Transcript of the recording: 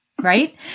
right